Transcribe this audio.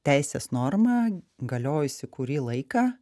teisės norma galiojusi kurį laiką